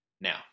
Now